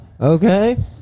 Okay